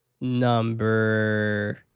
Number